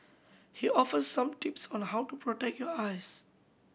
he offers some tips on the how to protect your eyes